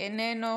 איננו.